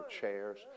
chairs